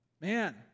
Man